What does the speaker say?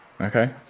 Okay